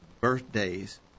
birthdays